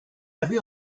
avait